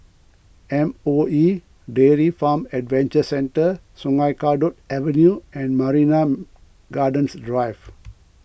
M O E Dairy Farm Adventure Centre Sungei Kadut Avenue and Marina Gardens Drive